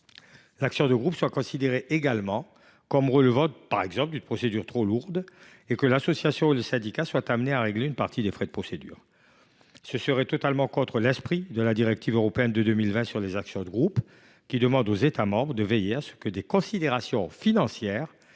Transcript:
l’action de groupe soit considérée comme relevant d’une « procédure trop lourde » et que l’association ou le syndicat soient amenés à régler une partie des frais de procédure. Cela irait à l’encontre de l’esprit de la directive européenne de 2020 sur les actions de groupe, qui demande aux États membres de veiller à ce que des considérations financières